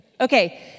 Okay